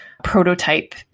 prototype